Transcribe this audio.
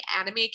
anime